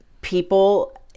people